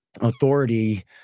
authority